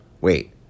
Wait